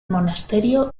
monasterio